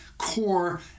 core